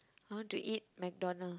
I want to eat McDonalds